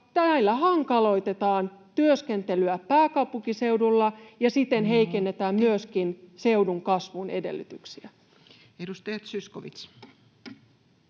näillä hankaloitetaan työskentelyä pääkaupunkiseudulla ja siten [Puhemies: Minuutti!] heikennetään myöskin seudun kasvun edellytyksiä. Edustaja Zyskowicz.